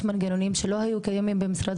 יש מנגנונים שלא היו קיימים במשרד